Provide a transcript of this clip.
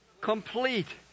Complete